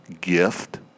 gift